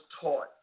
taught